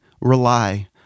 rely